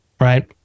right